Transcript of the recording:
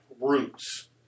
roots